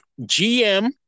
GM